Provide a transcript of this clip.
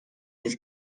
this